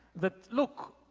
that look,